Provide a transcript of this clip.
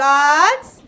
God's